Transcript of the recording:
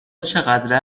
چقدر